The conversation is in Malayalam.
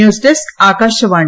news desk Akashvani